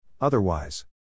otherwise